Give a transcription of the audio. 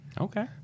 Okay